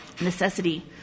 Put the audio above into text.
necessity